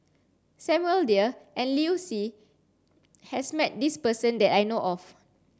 Samuel Dyer and Liu Si has met this person that I know of